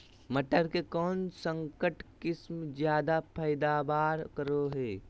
मटर के कौन संकर किस्म जायदा पैदावार करो है?